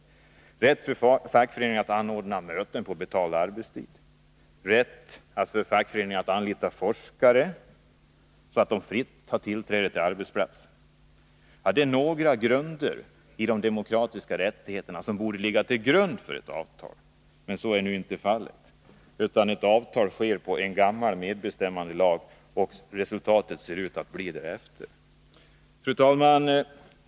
Vidare borde man kräva rätt för fackföreningarna att anordna möten på betald arbetstid och rätt för fackföreningarna att anlita forskare, så att dessa fritt har tillträde till arbetsplatserna. Det är några av de demokratiska rättigheter som borde ligga till grund för ett avtal, men så är nu inte fallet, utan avtal träffas med utgångspunkt i en gammal medbestämmandelag, och resultatet ser ut att bli därefter. Fru talman!